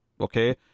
okay